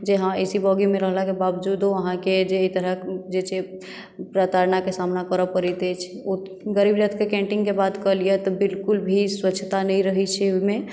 जे हँ A C बोगीमे रहलाके बावजूदो अहाँके जे अइ तरहक जे छै प्रताड़नाके सामना करऽ पड़ैत अछि ओ गरीबरथके कैन्टीनके बात कऽ लिअ तऽ बिलकुल भी स्वच्छता नहि रहय छै ओइमे